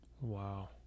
Wow